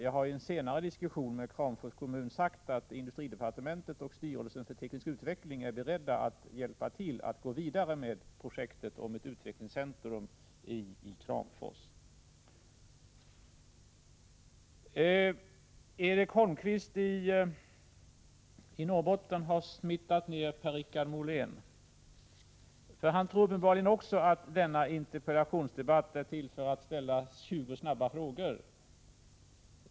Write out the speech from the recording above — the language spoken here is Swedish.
Jag har i senare diskussioner med Kramfors kommun sagt att industridepartementet och styrelsen för teknisk utveckling är beredda att hjälpa till med att gå vidare med ett utvecklingscentrum i Kramfors. Erik Holmkvist i Norrbotten har smittat ner Per-Richard Molén. Han tror uppenbarligen också att denna interpellationsdebatt är till för att ställa 20 snabba frågor.